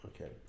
Okay